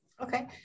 Okay